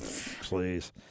please